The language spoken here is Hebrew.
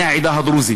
לגבי בני העדה הדרוזית,